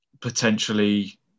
potentially